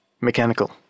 Mechanical